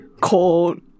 cold